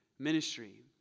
ministry